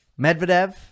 Medvedev